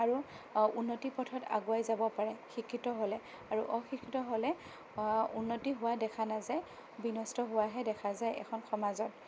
আৰু উন্নতিৰ পথত আগুৱাই যাব পাৰে শিক্ষিত হ'লে আৰু অশিক্ষিত হ'লে উন্নতি হোৱা দেখা নাযায় বিনষ্ট হোৱাহে দেখা যায় এখন সমাজত